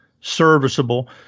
serviceable